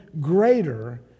greater